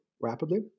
rapidly